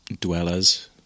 dwellers